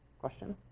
question?